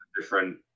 different